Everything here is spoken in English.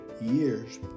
years